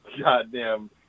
goddamn